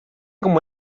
como